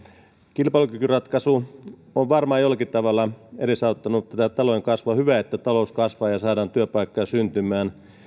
kilpailukykyratkaisu on varmaan jollakin tavalla edesauttanut tätä talouden kasvua hyvä että talous kasvaa ja saadaan työpaikkoja syntymään